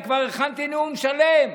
אני כבר הכנתי נאום שלם.